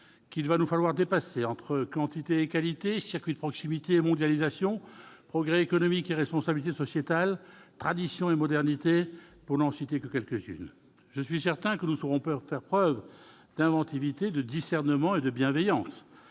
qu'il va nous falloir dépasser, entre quantité et qualité, circuits de proximité et mondialisation, progrès économique et responsabilité sociétale, tradition et modernité, pour n'en citer que quelques-unes. Je suis certain que nous saurons faire preuve d'inventivité, de discernement et de bienveillance